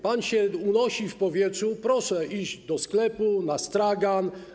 Pan się unosi w powietrzu, proszę iść do sklepu, na stragan.